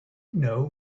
know